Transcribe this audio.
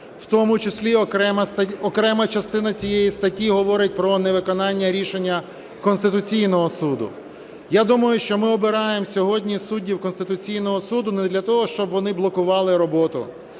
в тому числі окрема частина цієї статті говорить про невиконання рішення Конституційного Суду. Я думаю, що ми обираємо сьогодні суддів Конституційного Суду не для того, щоб вони блокували роботу,